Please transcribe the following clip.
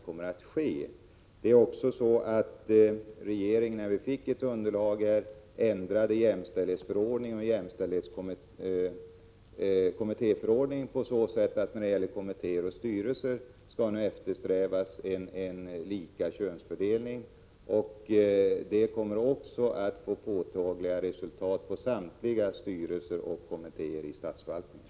När regeringen fick ett underlag ändrades också jämställdhetsförordningen och kommittéförordningen på så sätt att det när det gäller kommittéer och styrelser skall eftersträvas en lika könsfördelning, vilket kommer att medföra påtagliga resultat i samtliga styrelser och kommittéer i statsförvaltningen.